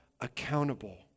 accountable